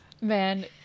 man